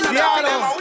Seattle